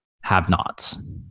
have-nots